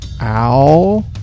Owl